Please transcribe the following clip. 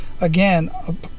Again